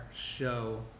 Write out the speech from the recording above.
show